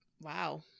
Wow